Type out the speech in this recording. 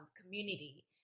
community